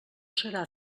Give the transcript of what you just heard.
serà